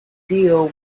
deal